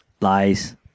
Lies